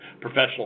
professional